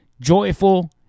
joyful